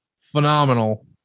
Phenomenal